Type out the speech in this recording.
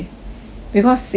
because if she take a